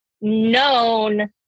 known